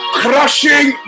crushing